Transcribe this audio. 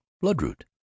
Bloodroot